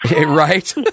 right